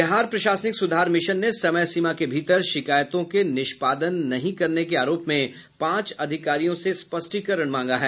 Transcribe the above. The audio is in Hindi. बिहार प्रशासनिक सुधार मिशन ने समय सीमा के भीतर शिकायतों का निष्पादन नहीं करने के आरोप में पांच अधिकारियों से स्पष्टीकरण मांगा है